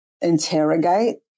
interrogate